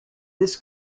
this